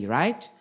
right